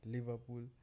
Liverpool